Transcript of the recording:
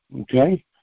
okay